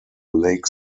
lake